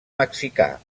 mexicà